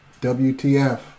WTF